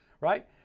right